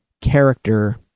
character